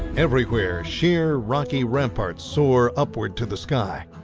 everywhere sheer rocky ramparts soar upward to the sky.